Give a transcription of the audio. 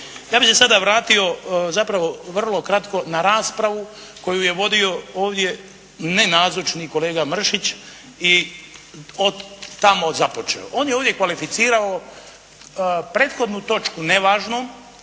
Ja bih se sada vratio zapravo vrlo kratko na raspravu koju je vodio ovdje nenazočni kolega Mršić i od tamo započeo. On je uvijek kvalificirao prethodnu točku nevažnom,